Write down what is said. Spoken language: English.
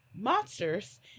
monsters